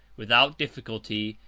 without difficulty,